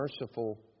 merciful